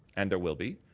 and there will be,